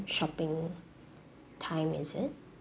shopping time is it